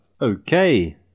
Okay